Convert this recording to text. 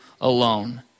alone